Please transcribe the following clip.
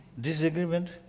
Disagreement